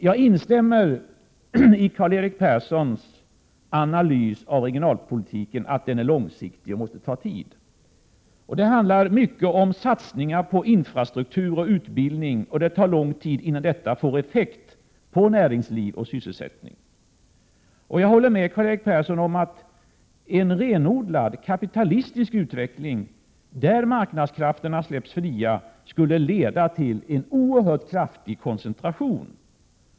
Jag instämmer i Karl-Erik Perssons analys av regionalpolitiken — att den är långsiktig och måste ta tid. Det handlar mycket om satsningar på infrastruktur och utbildning, och det tar lång tid innan sådant ger effekt på näringsliv och sysselsättning. Jag håller med Karl-Erik Persson om att en renodlad kapitalistisk utveckling där marknadskrafterna släpps fria skulle leda till en oerhört kraftig koncentration.